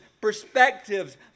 perspectives